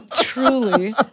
Truly